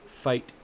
fight